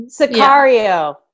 sicario